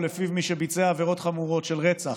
שמי שביצע עבירות חמורות של רצח,